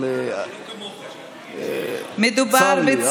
צר לי.